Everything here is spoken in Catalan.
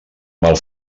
mal